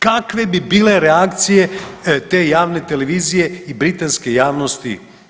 Kakve bi bile reakcije te javne televizije i britanske javnosti?